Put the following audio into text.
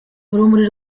urumuri